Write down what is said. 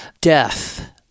death